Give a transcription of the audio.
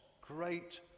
great